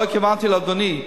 לא התכוונתי לאדוני,